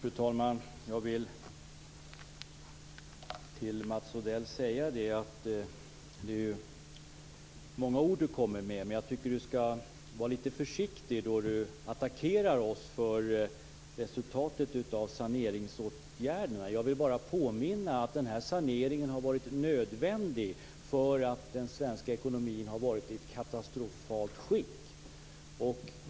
Fru talman! Mats Odell säger många ord. Men han skall vara litet försiktig när han attackerar oss om resultatet av saneringsåtgärderna. Jag vill bara påminna om att saneringen har varit nödvändig eftersom den svenska ekonomin har varit i katastrofalt skick.